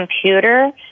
computer